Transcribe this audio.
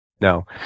No